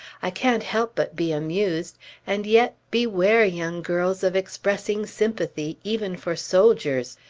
i can't help but be amused and yet, beware, young girls, of expressing sympathy, even for soldiers!